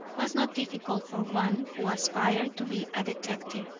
was not difficult for one who aspired to be a detective,